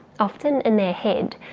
often in their head.